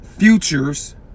futures